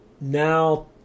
now